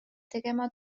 tegema